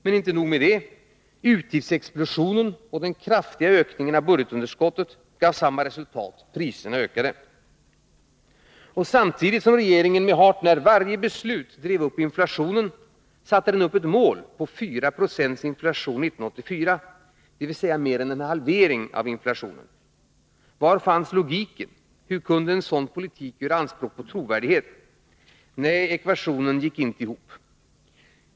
Men inte nog med detta: Utgiftsexplosionen och den kraftiga ökningen av budgetunderskottet gav samma resultat — priserna ökade. Och samtidigt som regeringen med hart när varje beslut drev upp inflationen satte den upp ett mål på 4 procents inflation för 1984, dvs. mer än en halvering av inflationen. Var fanns logiken? Hur kunde en sådan politik göra anspråk på trovärdighet? Nej, ekvationen gick inte ihop.